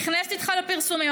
נכנסת איתך לפרסומים,